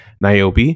Niobe